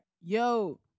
Yo